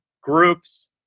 groups